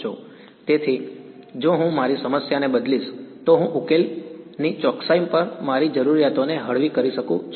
તેથી જો હું મારી સમસ્યાને બદલીશ તો હું ઉકેલની ચોકસાઈ પર મારી જરૂરિયાતોને હળવી કરી શકું છું